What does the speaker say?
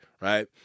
right